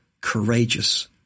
courageous